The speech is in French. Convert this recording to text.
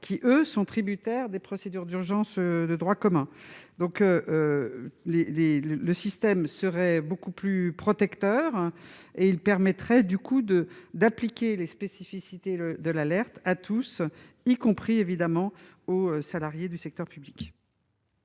qui, eux, sont tributaires des procédures d'urgence de droit commun. Le système serait ainsi beaucoup plus protecteur et permettrait d'appliquer les spécificités de l'alerte à tous, y compris aux agents du secteur public.